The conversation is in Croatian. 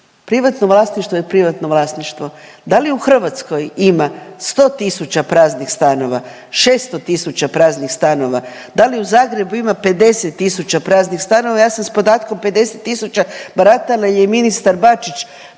Privatno vlasništvo je privatno vlasništvo. Da li u Hrvatskoj ima 100 tisuća praznih stanova, 600 tisuća praznih stanova, da li u Zagrebu ima 50 tisuća praznih stanova, ja sam s podatkom 50 tisuća baratala jer je ministar Bačić